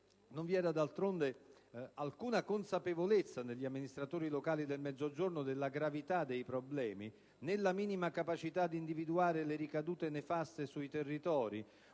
non vi era, d'altronde, alcuna consapevolezza negli amministratori locali del Mezzogiorno della gravità dei problemi, né la minima capacità di individuare le ricadute nefaste sui territori.